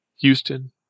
Houston